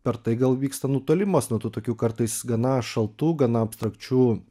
per tai gal vyksta nutolimas nuo tų tokių kartais gana šaltų gana abstrakčių